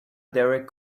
derek